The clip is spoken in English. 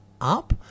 up